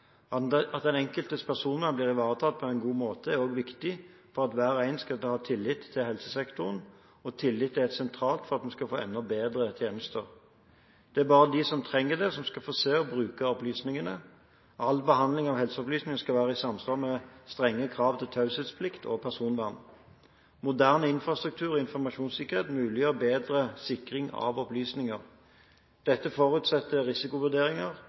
At den enkeltes personvern blir ivaretatt på en god måte, er også viktig for at hver og en skal ha tillit til helsesektoren, og tillit er sentralt for at vi skal få enda bedre tjenester. Det er bare de som trenger det, som skal få se og bruke opplysningene. All behandling av helseopplysninger skal være i samsvar med strenge krav til taushetsplikt og personvern. Moderne infrastruktur og informasjonssikkerhet muliggjør bedre sikring av opplysninger. Dette forutsetter risikovurderinger,